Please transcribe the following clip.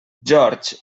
george